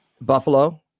Buffalo